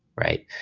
right?